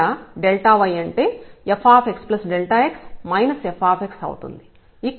ఇక్కడ y అంటే fxx fx అవుతుంది